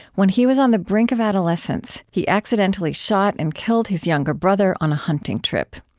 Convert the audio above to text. when he was on the brink of adolescence, he accidentally shot and killed his younger brother on a hunting trip.